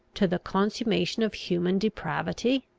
to the consummation of human depravity?